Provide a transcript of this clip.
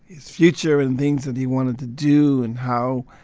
his future, and things that he wanted to do and how